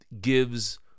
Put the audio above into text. gives –